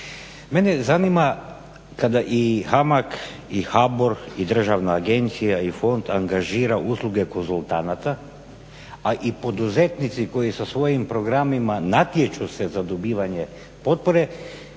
Mene zanima kada i HAMAG i HBOR i Državna agencija i fond angažira usluge konzultanata a i poduzetnici koji sa svojim programima natječu se za dobivanje potpore